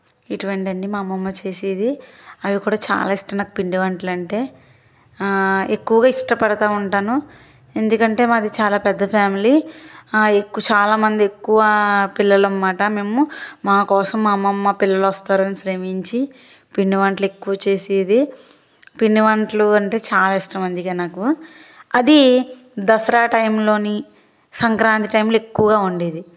ఇటువంటివన్నీ మా అమ్మమ్మ చేసేది అవి కూడా చాలా ఇష్టం నాకు పిండి వంటలంటే ఎక్కువగా ఇష్టపడతా ఉంటాను ఎందుకంటే మాది చాలా పెద్ద ఫ్యామిలీ ఎక్కువ చాలామంది ఎక్కువ పిల్లలు అనమాట మేము మా కోసం అమ్మమ్మ పిల్లలు వస్తారని శ్రమించి పిండి వంటలు ఎక్కువ చేసేది పిండి వంటలు అంటే చాలా ఇష్టం అందుకే నాకు అది దసరా టైంలోని సంక్రాంతి టైంలో ఎక్కువగా ఉండేది